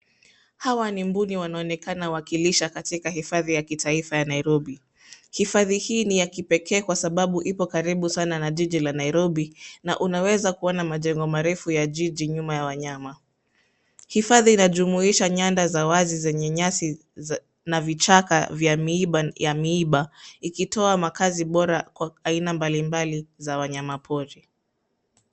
Hawa ni mbuni wanaonekana wakilisha katika hifadhi ya kitaifa ya Nairobi. Hifadhi hii ni ya kipekee kwasababu ipo karibu sana na jiji la Nairobi na unaweza kuona majengo marefu nyuma ya wanyama. Hifadhi inajumuisha nyanda za wazi zenye nyasi na vichaka vya miiba ikitoa makazi bora kwa aina mbalimbali za wanyama.